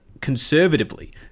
conservatively